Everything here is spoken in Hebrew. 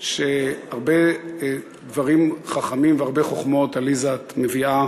שהרבה דברים חכמים והרבה חוכמות, עליזה, את מביאה